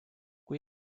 kui